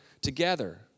together